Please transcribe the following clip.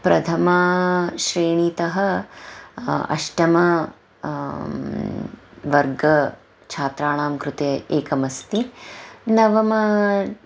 प्रथमाश्रेणीतः अष्टम वर्गछात्राणां कृते एकमस्ति नवम